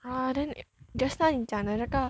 !wah! then just now 你讲的那个